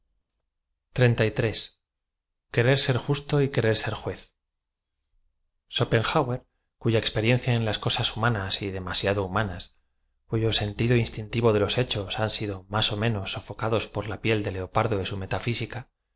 ju sto y querer ser juez schopenbauer cu ya gran experiencia en las cosas humanas y demasiado humanas cuyo sentido instintiv o de los hechos han sido más ó menos sofocados por la piel de leopardo de su metafisica esa